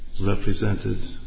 represented